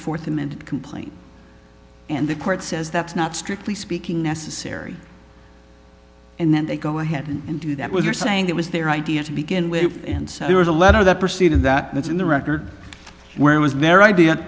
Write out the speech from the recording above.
fourth and complaint and the court says that's not strictly speaking necessary and then they go ahead and do that was your saying that was their idea to begin with and so there was a letter that preceded that that's in the record where was their idea